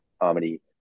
comedy